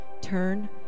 turn